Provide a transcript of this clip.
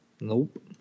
Nope